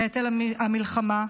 נטל המלחמה,